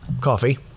coffee